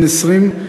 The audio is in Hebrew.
בן 20,